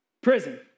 prison